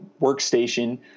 workstation